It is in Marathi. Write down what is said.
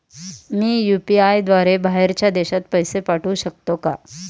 मी यु.पी.आय द्वारे बाहेरच्या देशात पैसे पाठवू शकतो का?